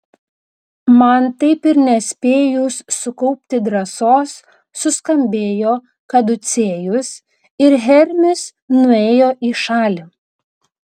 man taip ir nespėjus sukaupti drąsos suskambėjo kaducėjus ir hermis nuėjo į šalį